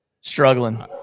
struggling